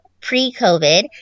pre-covid